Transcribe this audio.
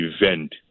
event